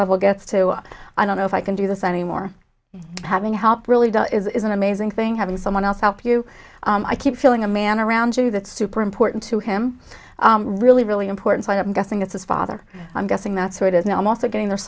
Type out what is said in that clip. level gets to i don't know if i can do this anymore having help really is an amazing thing having someone else help you i keep feeling a man around you that's super important to him really really important so i'm guessing it's his father i'm guessing that's where it is now i'm also getting there's